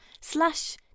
slash